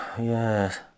yes